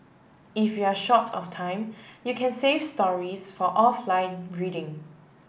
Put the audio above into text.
if you are short of time you can save stories for offline reading